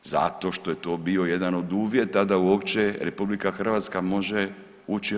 Zato što je to bio jedan od uvjeta da uopće RH može ući u EU.